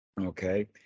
Okay